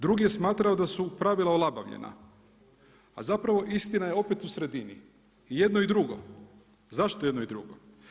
Drugi je smatrao da su pravila olabavljena, a zapravo, istina je opet u sredini, i jedno i drugo, zašto jedno i drugo?